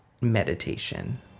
meditation